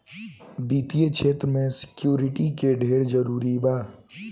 वित्तीय क्षेत्र में सिक्योरिटी के ढेरे जरूरी बा